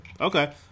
Okay